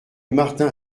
martin